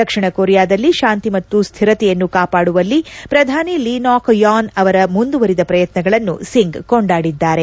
ದಕ್ಷಿಣ ಕೊರಿಯಾದಲ್ಲಿ ಶಾಂತಿ ಮತ್ತು ಸ್ಥಿರತೆಯನ್ನು ಕಾಪಾಡುವಲ್ಲಿ ಪ್ರಧಾನಿ ಲೀ ನಾಕ್ ಯೋನ್ ಅವರ ಮುಂದುವರಿದ ಪ್ರಯತ್ನಗಳನ್ನು ಸಿಂಗ್ ಕೊಂಡಾದಿದ್ದಾರೆ